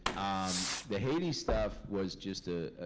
um the haiti stuff was just a.